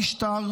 במשטר.